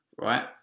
right